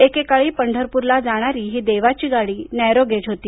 एकेकाळी पंढरपूरला जाणारी ही देवाची गाडी नॅरोगेज होती